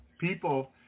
people